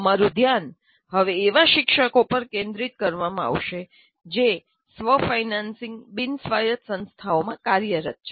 અમારું ધ્યાન હવે એવા શિક્ષકો પર કેન્દ્રિત કરવામાં આવશે જે સ્વ ફાઇનાન્સિંગ બિન સ્વાયત સંસ્થાઓમાં કાર્યરત છે